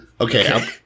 Okay